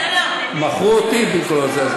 מכרו אותי בכל זה.